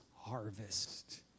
harvest